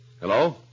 Hello